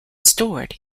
stored